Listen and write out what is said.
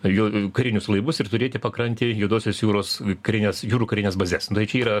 jo karinius laivus ir turėti pakrantėje juodosios jūros karines jūrų karines bazes nu tai čia yra